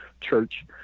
Church